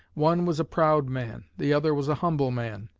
one was a proud man the other was a humble man.